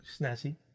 snazzy